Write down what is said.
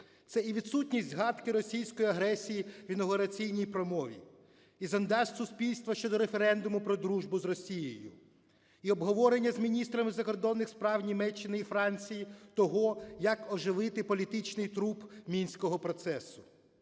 Це і відсутність згадки російської агресії в інавгураційній промові, і зондаж суспільства щодо референдуму про дружбу з Росією, і обговорення з міністром закордонних справ Німеччини і Франції того, як оживити політичний труп мінського процесу.